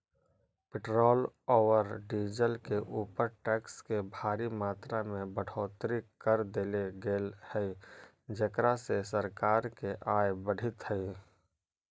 petrol औउर diesel के ऊपर टैक्स के भारी मात्रा में बढ़ोतरी कर देले गेल हई जेकरा से सरकार के आय बढ़ीतऽ हई